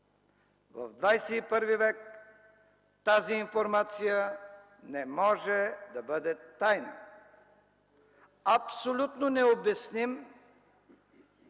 В ХХІ век тази информация не може да бъде тайна. Абсолютно необясним,